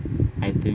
I think